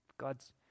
God's